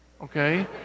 Okay